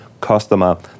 customer